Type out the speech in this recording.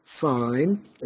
fine